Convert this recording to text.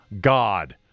God